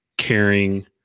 caring